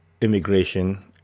immigration